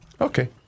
Okay